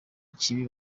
kibi